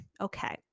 Okay